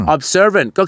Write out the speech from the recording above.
Observant